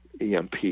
EMP